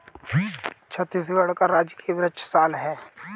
छत्तीसगढ़ का राजकीय वृक्ष साल है